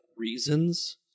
Reasons